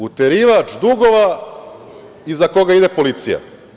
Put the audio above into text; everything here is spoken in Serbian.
Uterivač dugova iza koga ide policija.